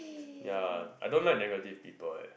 ya I don't like negative people eh